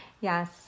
Yes